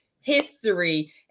history